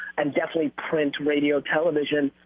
and definitely print, radio, television,